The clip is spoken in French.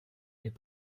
est